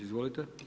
Izvolite.